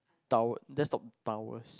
tower that's not towers